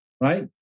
right